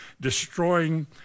destroying